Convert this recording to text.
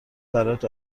برات